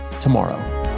tomorrow